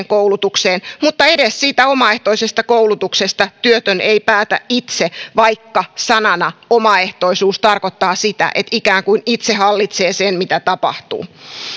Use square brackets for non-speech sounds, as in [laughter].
[unintelligible] koulutukseen mutta edes siitä omaehtoisesta koulutuksesta työtön ei päätä itse vaikka sanana omaehtoisuus tarkoittaa sitä että ikään kuin itse hallitsee sen mitä tapahtuu